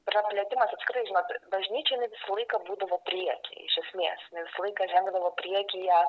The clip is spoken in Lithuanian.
praplėtimas apskritai žinot bažnyčia jinai visą laiką būdavo prieky iš esmės jinai visą laiką žengdavo priekyje